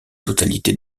totalité